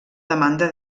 demanda